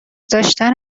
داشتن